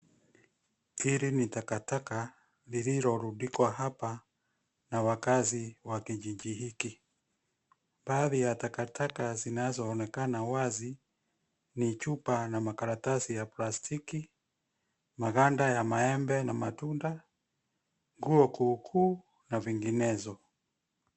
Hili ni takataka lililorundikwa hapa na waakazi wa kijiji hiki. Baadhi ya takataka zinazoonekana wazi ni chupa na makaratasi ya plastiki, maganda ya maembe na matunda, nguo kuukuu na vinginezo.